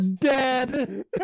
Dead